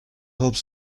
helped